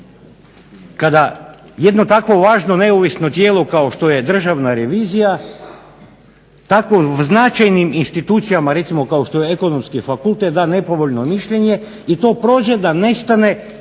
kada jedno tako važno neovisno tijelo kao što je državna revizija takvo značajnim institucijama kao što je Ekonomski fakultet da nepovoljno mišljenje i to prođe da nestane iz